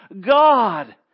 God